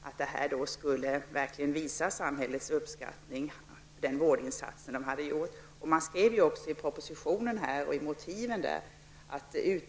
Med detta skulle samhällets uppskattning verkligen visas för dessa föräldrars vårdinsats.